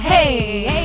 Hey